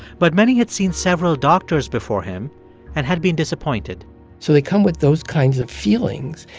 but many had seen several doctors before him and had been disappointed so they come with those kinds of feelings,